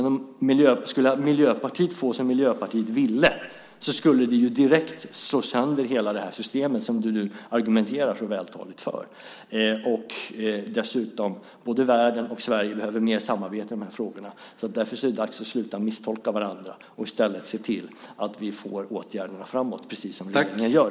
Om Miljöpartiet skulle få som Miljöpartiet vill så skulle det direkt slå sönder hela det system som du nu argumenterar så vältaligt för. Dessutom behöver både världen och Sverige mer samarbete i de här frågorna. Därför är det dags att sluta misstolka varandra och i stället se till att vi får åtgärder vidtagna framåt, precis som regeringen gör.